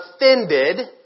offended